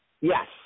Yes